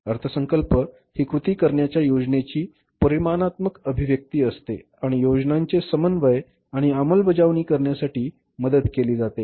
अर्थसंकल्प ही कृती करण्याच्या योजनेची परिमाणात्मक अभिव्यक्ती असते आणि योजनांचे समन्वय आणि अंमलबजावणी करण्यासाठी मदत केली जाते